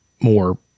more